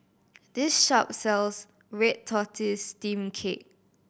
this shop sells red tortoise steamed cake